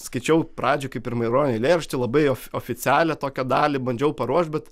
skaičiau pradžioj kaip ir maironio eilėraštį labai oficialią tokią dalį bandžiau paruošt bet